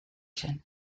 zen